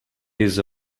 his